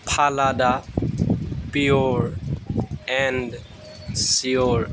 Phalada pure and sure